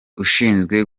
ushinzwe